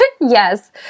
Yes